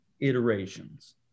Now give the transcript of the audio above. iterations